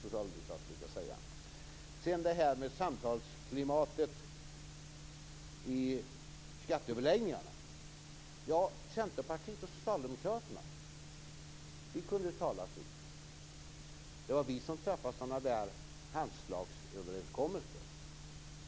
Vad sedan gäller samtalsklimatet i skatteöverläggningarna kunde Centerpartiet och Socialdemokraterna talas vid, och vi kunde träffa handslagsöverenskommelser.